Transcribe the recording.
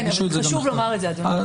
אבל חשוב לומר את זה, אדוני.